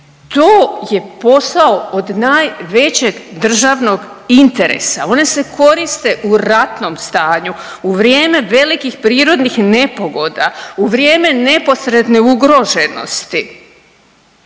to je posao od najvećeg državnog interesa. One se koriste u ratnom stanju, u vrijeme velikih prirodnih nepogoda, u vrijeme neposredne ugroženosti,